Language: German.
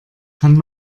kann